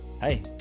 Hey